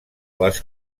les